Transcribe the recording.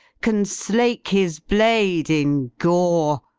can slake his blade in gore.